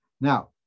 Now